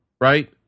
Right